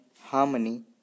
harmony